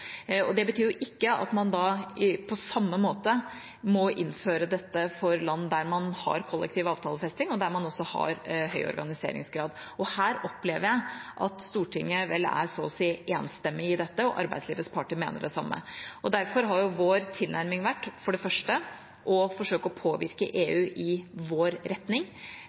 rammevilkår. Det betyr ikke at man på samme måte må innføre dette for land der man har kollektiv avtalefesting, og der man også har høy organiseringsgrad. Her opplever jeg at Stortinget vel er så å si enstemmige i dette, og arbeidslivets parter mener det samme. Derfor har vår tilnærming vært for det første å forsøke å påvirke EU i vår retning.